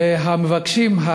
והמבקשים,